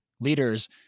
leaders